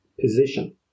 position